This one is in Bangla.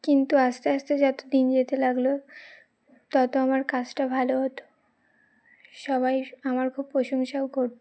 কিন্তু আস্তে আস্তে যত দিন যেতে লাগল তত আমার কাজটা ভালো হতো সবাই আমার খুব প্রশংসাও করত